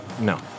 No